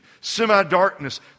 semi-darkness